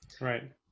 Right